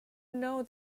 know